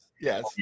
yes